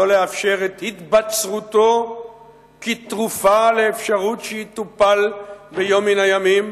לא לאפשר את התבצרותו כתרופה לאפשרות שיטופל ביום מן הימים